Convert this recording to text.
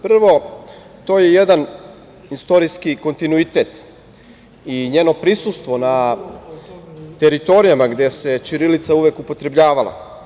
Prvo, to je jedan istorijski kontinuitet i njeno prisustvo na teritorijama gde se ćirilica uvek upotrebljavala.